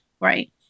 Right